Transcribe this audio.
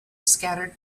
scattered